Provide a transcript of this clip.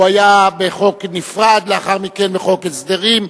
הוא היה בחוק נפרד, לאחר מכן בחוק ההסדרים.